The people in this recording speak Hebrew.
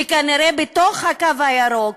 וכנראה בתוך הקו הירוק,